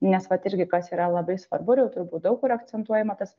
nes vat irgi kas yra labai svarbu ir jau turbūt daug kur akcentuojama tas